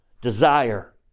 desire